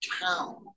town